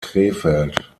krefeld